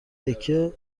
تکه